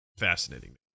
fascinating